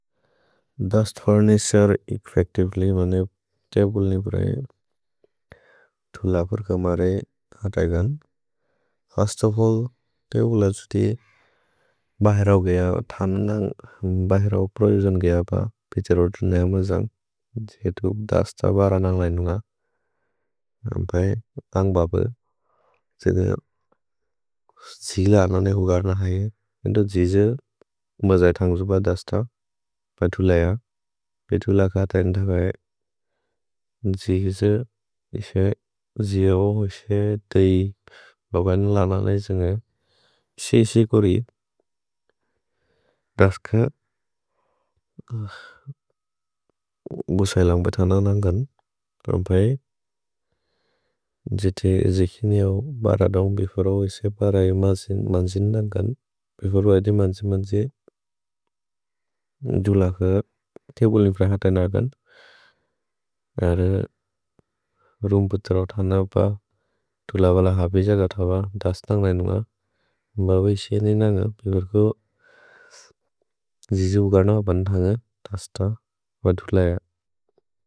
Dust furniture effectively मने तबुल् ने प्रए, धुलपुर् कमरे अतैगन्। फिर्स्त् ओफ् अल्ल्, तबुल जुति बहेरौ गय, थननन्ग् बहेरौ प्रोयुजन् गय प। पिछरोतु नएम जन्ग्, जितु दस्त बरनन्ग् लैनुन्ग। नम्पए अन्ग् बबु जितु जि लन नेगु गर्नहये। जितु जि जितु मजए तन्गु जुब दस्त, पतुलय। पितुलक अतैगन् तबये। जि जितु इशे जिअओ इशे दै बबन् लन लैजुन्ग। सिसि कोरि दस्क बुसैलन्ग् बतनन् नन्गन्। नम्पए जिति इशे किनिऔ बरनन्ग्, बिफुरओ इशे बरयु मन्जिन् नन्गन्। भिफुरओ इशे मन्जिन् मन्जिन्, जुलक तबुल् ने प्रए अतैगन्। रुम्पुत्रओ थननप, धुलवल हबिज धतव, दस्त नन्ग् लैनुन्ग। म्बवे इशे नन्ग, बिफुर्को जि जि उगर्नव पन्थन्ग, दस्त, पतुलय।